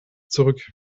zurück